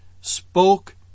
spoke